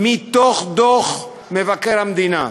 מתוך דוח מבקר המדינה: